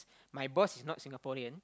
my boss is not Singaporean